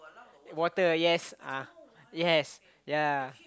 water yes uh yes ya